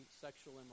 sexual